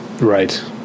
right